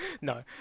No